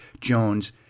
Jones